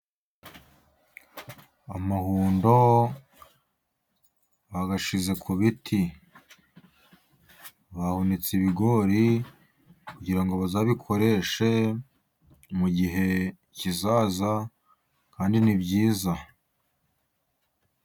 Amahundo bayashyize ku biti, bahunitse ibigori kugirango ngo bazabikoreshe mu gihe kizaza, kandi ni byiza.